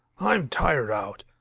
i'm tired out.